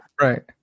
Right